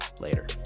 later